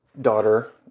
daughter